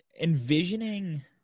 envisioning